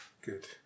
Good